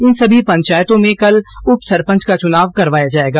इन सभी पंचायतों में कल उप सरपंच का चुनाव करवाया जाएगा